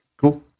Cool